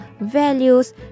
values